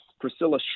Priscilla